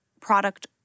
product